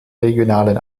regionalen